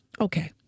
Okay